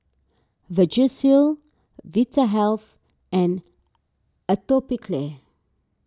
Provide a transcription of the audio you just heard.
Vagisil Vitahealth and Atopiclair